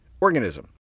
organism